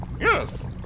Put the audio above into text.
yes